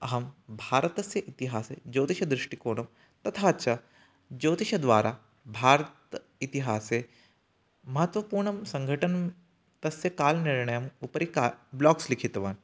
अहं भारतस्य इतिहासे ज्योतिषदृष्टिकोणं तथा च ज्योतिषद्वारा भारतेतिहासे महत्त्वपूर्णा सङ्घटना तस्याः कालनिर्णयस्य उपरि किं ब्लाग्स् लिखितवान्